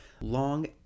Long